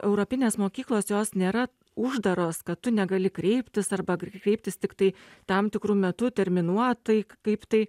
europinės mokyklos jos nėra uždaros kad tu negali kreiptis arba gali kreiptis tiktai tam tikru metu terminuotai kaip tai